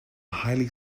highly